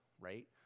right